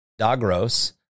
Dagros